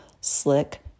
slick